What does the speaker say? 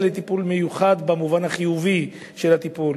לטיפול מיוחד במובן החיובי של הטיפול.